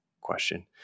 question